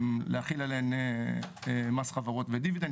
להחיל עליהן מס חברות ודיבידנד,